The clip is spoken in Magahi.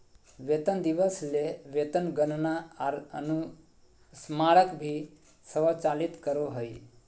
वेतन दिवस ले वेतन गणना आर अनुस्मारक भी स्वचालित करो हइ